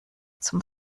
zum